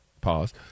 pause